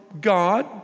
God